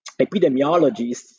Epidemiologists